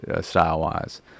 style-wise